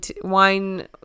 wine